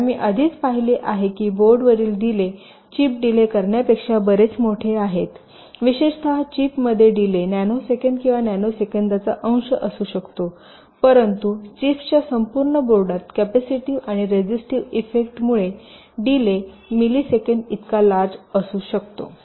कारण मी आधीच पाहिले आहे की बोर्डवरील डीले चिप डीले करण्यापेक्षा बरेच मोठे आहे विशेषत चिपमध्ये डीले नॅनोसेकंद किंवा नॅनोसेकंदांचा अंश असू शकतो परंतु चिप्सच्या संपूर्ण बोर्डात कॅपेसिटीव्ह आणि रेझिटिव्ह इफेक्ट मुळे डीले मिलिसेकंद इतका लार्ज असू शकतो